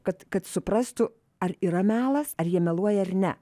kad kad suprastų ar yra melas ar jie meluoja ar ne